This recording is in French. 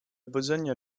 besogne